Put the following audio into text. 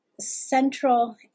central